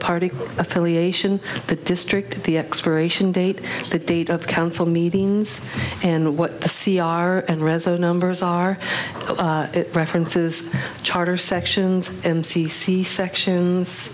party affiliation the district the expiration date the date of council meetings and what the c r and resume numbers are references charter sections and c c sections